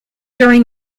during